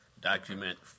document